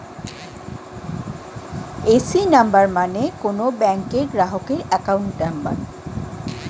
AC number মানে কোন ব্যাংকের গ্রাহকের অ্যাকাউন্ট নম্বর